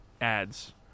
ads